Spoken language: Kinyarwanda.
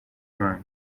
imana